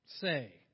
say